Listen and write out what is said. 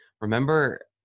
remember